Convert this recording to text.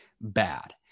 bad